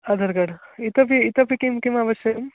Aadhaar card इतोपि इतोपि किं किम् आवश्यकं